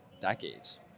decades